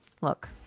Look